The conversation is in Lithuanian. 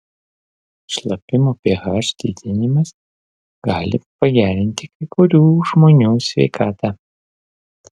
šlapimo ph didinimas gali pagerinti kai kurių žmonių sveikatą